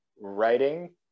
Writing